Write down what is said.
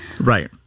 Right